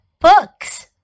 books